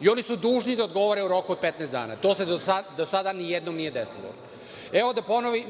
i oni su dužni da odgovore u roku od 15 dana. To se do sada nijednom nije desilo.